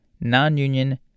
non-union